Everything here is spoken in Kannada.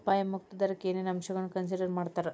ಅಪಾಯ ಮುಕ್ತ ದರಕ್ಕ ಏನೇನ್ ಅಂಶಗಳನ್ನ ಕನ್ಸಿಡರ್ ಮಾಡ್ತಾರಾ